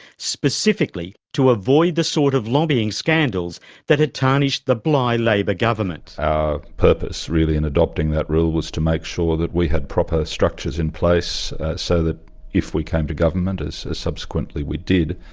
specifically to avoid the sort of lobbying scandals that had tarnished the bligh labor government. our purpose really in adopting that rule was to make sure that we had proper structures in place so that if we came to government, as subsequently we did,